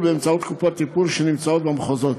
באמצעות קופות טיפול שנמצאות במחוזות.